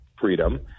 freedom